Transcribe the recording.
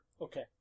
Okay